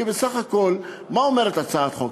כי בסך הכול, מה אומרת הצעת החוק?